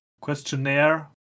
questionnaire